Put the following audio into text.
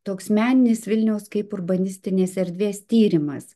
toks meninis vilniaus kaip urbanistinės erdvės tyrimas